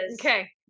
Okay